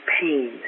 pain